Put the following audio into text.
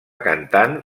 cantant